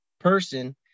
person